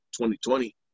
2020